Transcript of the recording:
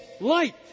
light